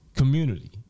community